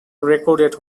recorded